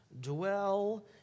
dwell